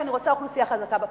אני רוצה אוכלוסייה חזקה בפריפריה.